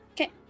Okay